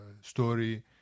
story